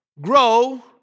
grow